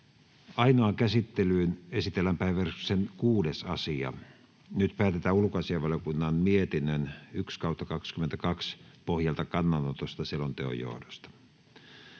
Ainoaan käsittelyyn esitellään päiväjärjestyksen 6. asia. Nyt päätetään ulkoasiainvaliokunnan mietinnön UaVM 1/2022 vp pohjalta kannanotosta selonteon johdosta.